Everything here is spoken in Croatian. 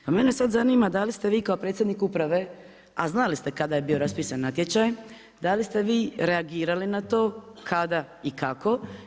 Pa mene zanima, da li ste vi kao predsjednik uprave, a znali ste kada je bio raspisan natječaj, da li ste vi reagirali na to, kada i kako?